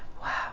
Wow